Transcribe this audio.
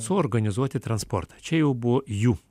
suorganizuoti transportą čia jau buvo jų